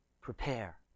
prepare